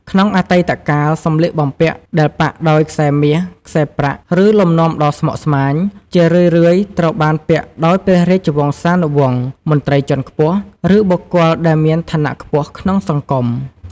ក្នុងអតីតកាល សម្លៀកបំពាក់ដែលប៉ាក់ដោយខ្សែមាស ខ្សែប្រាក់ ឬលំនាំដ៏ស្មុគស្មាញ ជារឿយៗត្រូវបានពាក់ដោយព្រះរាជវង្សានុវង្ស មន្ត្រីជាន់ខ្ពស់ ឬបុគ្គលដែលមានឋានៈខ្ពស់ក្នុងសង្គម។